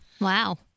wow